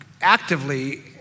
actively